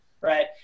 right